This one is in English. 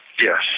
Yes